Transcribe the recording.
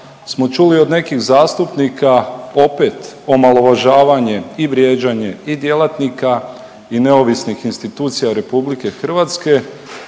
smo čuli od nekih zastupnika opet omalovažavanje i vrijeđanje i djelatnika i neovisnih institucija RH. Ja